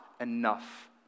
enough